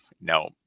no